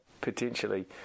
Potentially